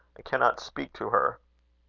i cannot speak to her.